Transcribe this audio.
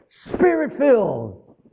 spirit-filled